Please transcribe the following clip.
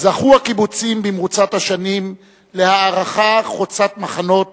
זכו הקיבוצים במרוצת השנים להערכה חוצת מחנות